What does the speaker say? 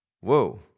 Whoa